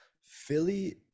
Philly